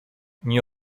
nie